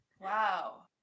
Wow